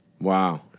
Wow